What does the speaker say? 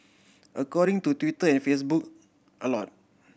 according to Twitter and Facebook a lot